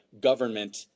government